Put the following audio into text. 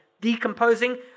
decomposing